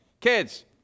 kids